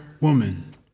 Woman